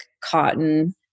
cotton